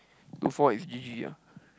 two four is G_G ah